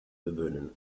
gewöhnen